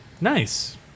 Nice